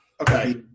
Okay